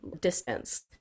distance